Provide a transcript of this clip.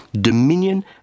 dominion